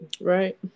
Right